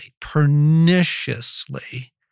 perniciously